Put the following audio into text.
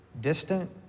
distant